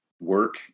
work